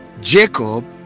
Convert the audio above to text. Jacob